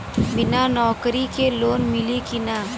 बिना नौकरी के लोन मिली कि ना?